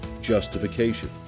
justification